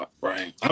Right